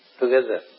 together